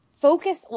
focus